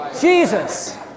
Jesus